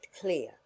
clear